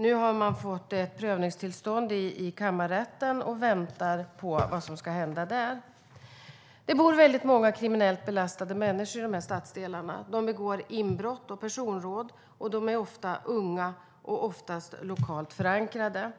Nu har man fått ett prövningstillstånd i kammarrätten och väntar på vad som ska hända där. Det bor väldigt många kriminellt belastade människor i de här stadsdelarna. De begår inbrott och personrån, de är ofta unga och oftast lokalt förankrade.